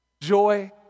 Joy